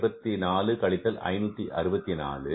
752 கழித்தல் 564 பெருக்கல் 12